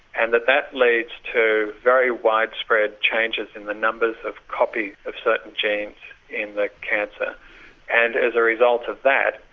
and that that leads to very wide spread changes in the numbers of copy of certain genes in the cancer and as a result of that,